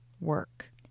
work